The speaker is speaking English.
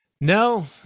No